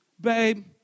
Babe